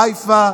חיפה,